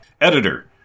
editor